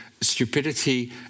stupidity